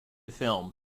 film